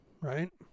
right